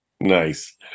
Nice